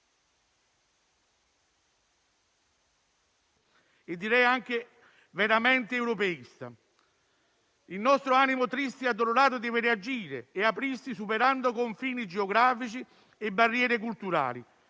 e anche veramente europeista. Il nostro animo triste e addolorato deve reagire e aprirsi, superando confini geografici e barriere culturali.